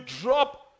drop